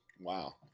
Wow